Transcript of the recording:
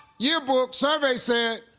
yearbook. survey said.